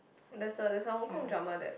there's a there's a Hong Kong drama that